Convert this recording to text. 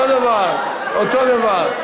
אותו דבר.